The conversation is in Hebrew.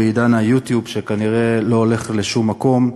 בעידן ה"יוטיוב" שכנראה לא הולך לשום מקום,